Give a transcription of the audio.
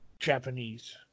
Japanese